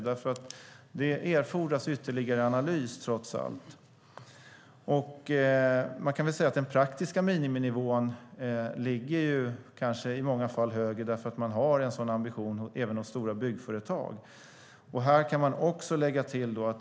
Det erfordras trots allt ytterligare analys. Den praktiska miniminivån ligger kanske i många fall högre därför att man har en sådan ambition även hos stora byggföretag. Här kan man också lägga till annat.